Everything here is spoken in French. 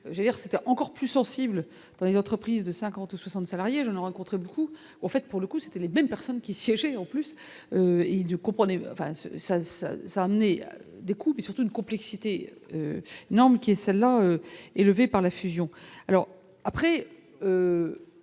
c'était encore plus sensible dans les entreprises de 50 ou 60 salariés une rencontre beaucoup ont fait pour le coup, c'était les mêmes personnes qui siégeait en plus et du comprenez ça a amené de surtout une complexité énorme qui est celle-là est levée par la fusion alors après